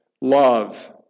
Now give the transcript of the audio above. love